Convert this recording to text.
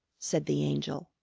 said the angel.